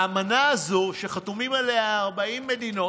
האמנה הזו, שחתומות עליה 40 מדינות,